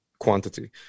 quantity